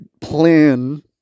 plan